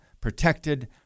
protected